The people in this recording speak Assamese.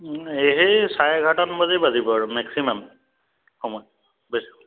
এই সেই চাৰে এঘাৰটামানে বাজিব আৰু মেক্সিমাম সময় বেছি